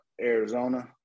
Arizona